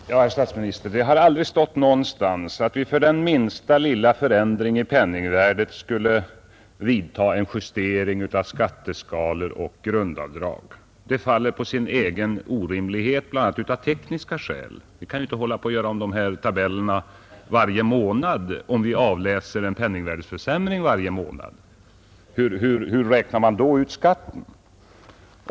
Det har, herr statsminister, aldrig stått någonstans att vi vid minsta lilla förändring av penningvärdet skulle vidta en justering av skatteskalor och grundavdrag. Det faller på sin egen orimlighet, bl.a. av tekniska skäl; vi kan inte göra om tabellerna varje månad, även om vi varje månad kan avläsa en penningvärdeförsämring. Hur räknar man då ut skatten?